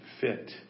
fit